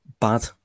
bad